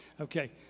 Okay